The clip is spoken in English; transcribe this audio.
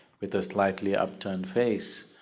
with a slightly upturned face,